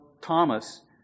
Thomas